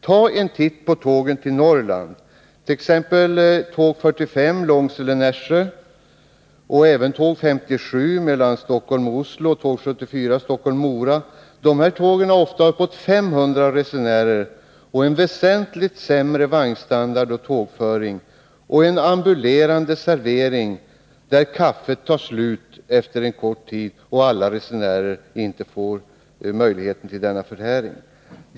Tag en titt på tågen till Norrland, t.ex. linje 45 Långsele-Nässjö, linje 57 Stockholm-Oslo och linje 74 Stockholm-Mora. Tågen på dessa linjer har ofta uppåt 500 resenärer. Vagnstandarden och tågföringen är emellertid väsentligt sämre än på linje 1. Man har en ambulerande servering, där kaffet tar slut efter kort tid och alla resenärer inte får möjlighet till sådan förtäring.